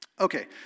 Okay